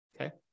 Okay